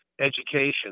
education